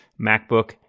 MacBook